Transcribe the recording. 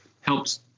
helps